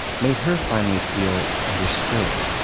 made her finally feel understood.